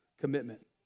commitment